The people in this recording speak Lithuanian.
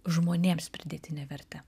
žmonėms pridėtinę vertę